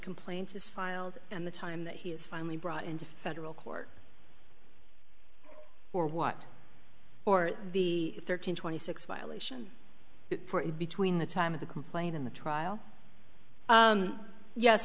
complaint is filed and the time that he is finally brought into federal court for what for the thirteen twenty six violations between the time of the complaint in the trial